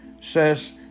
Says